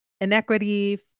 inequity